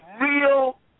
real